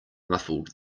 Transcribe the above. muffled